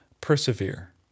persevere